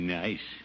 nice